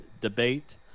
debate